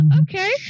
Okay